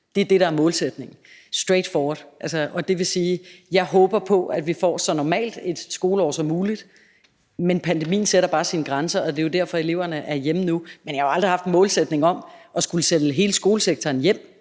Det er det, der er målsætningen – straight forward – og det vil sige, at jeg håber på, at vi får så normalt et skoleår som muligt. Men pandemien sætter bare sine grænser, og det er jo derfor, at eleverne er hjemme nu. Men jeg har jo aldrig haft en målsætning om at skulle sende hele skolesektoren hjem